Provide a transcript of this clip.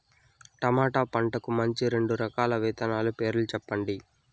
tomato పంటకు మంచి రెండు రకాల విత్తనాల పేర్లు సెప్పండి